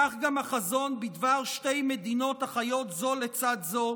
כך גם החזון בדבר שתי מדינות החיות זו לצד זו,